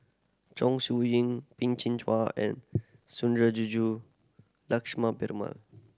Chong Siew Ying Peh Chin Hua and Sundarajulu Lakshmana Peruma